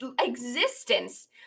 existence